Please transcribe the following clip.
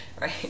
right